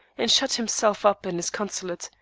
and shut himself up in his consulate,